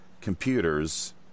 computers